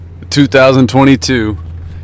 2022